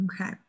Okay